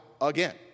again